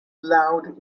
loud